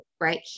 right